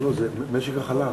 אז הנה,